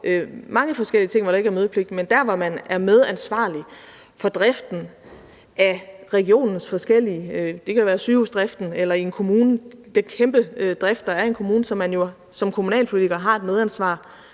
mange forskellige møder, hvor der ikke er mødepligt. Men der, hvor man er medansvarlig for driften af regionens forskellige områder, og det kan f.eks. være sygehusdriften, eller det kan være kommunens kæmpestore drift, hvor man som kommunalpolitiker har et medansvar